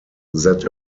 that